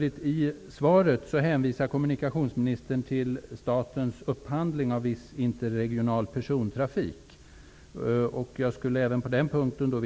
I svaret hänvisar kommunikationsministern till statens upphandling av viss interregional persontrafik. Även på den punkten skulle jag vilja ha ett klargörande.